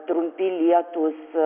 trumpi lietūs